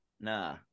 Nah